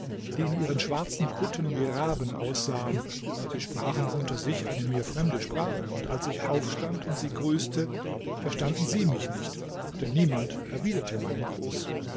die in ihren schwarzen kutten wie raben aussahen sie sprachen unter sich eine mir fremde sprache und als ich aufstand und sie grüßte verstanden sie mich nicht denn niemand erwiderte meinen gruß